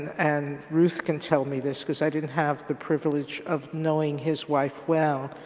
and ruth can tell me this because i didn't have the privilege of knowing his wife well.